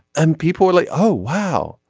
and people were like oh wow.